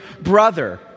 brother